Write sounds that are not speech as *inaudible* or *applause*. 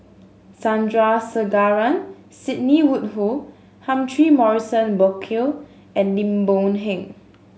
Sandrasegaran Sidney Woodhull *unintelligible* Morrison Burkill and Lim Boon Heng